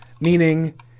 meaning